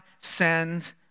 send